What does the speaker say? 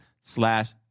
slash